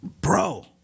Bro